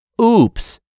Oops